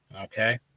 Okay